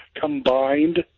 combined